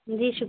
جی شُکر